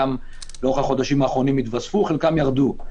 חלק התווספו לאורך החודשים האחרונים וחלקן ירדו.